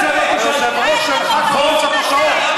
היושב-ראש שלך לא נמצא פה.